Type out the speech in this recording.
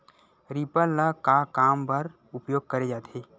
Reaper ल का काम बर उपयोग करे जाथे?